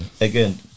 again